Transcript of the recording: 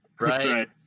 right